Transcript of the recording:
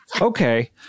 okay